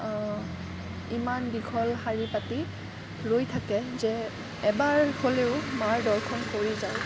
ইমান দীঘল শাৰী পাতি ৰৈ থাকে যে এবাৰ হ'লেও মাৰ দৰ্শন কৰি যাওঁ